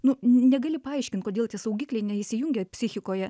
nu negali paaiškint kodėl tie saugikliai neįsijungia psichikoje